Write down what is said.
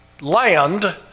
land